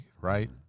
right